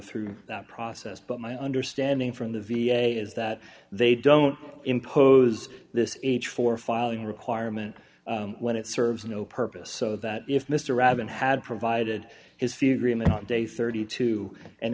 through that process but my understanding from the v a is that they don't impose this h for filing requirement when it serves no purpose so that if mr arabin had provided his few greenman on day thirty two and